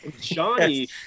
Johnny